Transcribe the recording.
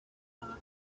thought